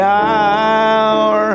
hour